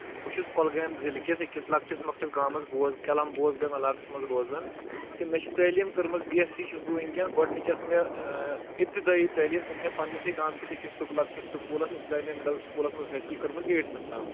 بہٕ چھُس کۄلگامہِ ضلعہ کِس أکِس لۄکٹِس مۄکٹِس گامس بوز کیلم بوزگٲم علاقس منٛز روزان تہٕ مےٚ چھِ تعلیٖم کٔرمٕژ بی ایس سی چھُس بہٕ وٕنکیٚن گۄڈٕنِچ یۄس مےٚ اِبتدٲیی تعلیٖم سۄ چھِ مےٚ پنٕنِسٕے گامہٕ کِس أکِس سکو لۄکٹِس سکوٗلس اِسلامیا مِڈل سکوٗلس منٛز حٲصِل کٔرمٕژ ایٹتھس تام